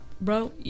bro